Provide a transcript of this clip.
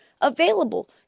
available